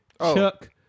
Chuck